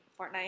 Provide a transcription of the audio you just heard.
Fortnite